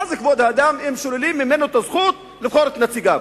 מה זה כבוד האדם אם שוללים ממנו את הזכות לבחור את נציגיו,